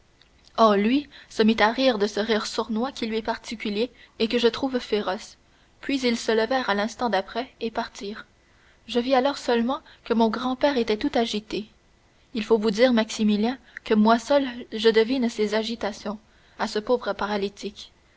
lui se mit à rire de ce rire sournois qui lui est particulier et que je trouve féroce puis ils se levèrent l'instant d'après et partirent je vis alors seulement que mon grand-père était tout agité il faut vous dire maximilien que moi seule je devine ses agitations à ce pauvre paralytique